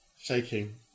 Shaking